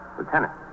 Lieutenant